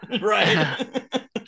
right